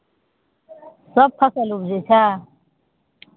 सभ फसल उपजै छै